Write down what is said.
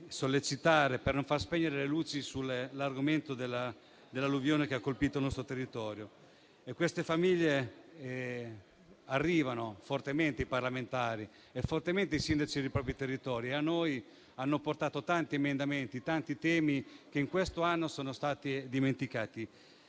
per non far spegnere le luci sull'argomento dell'alluvione che ha colpito il nostro territorio. Queste famiglie arrivano fortemente ai parlamentari e ai sindaci dei propri territori; a noi hanno portato tanti emendamenti, rispetto a tanti temi che in questo anno sono stati dimenticati